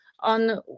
on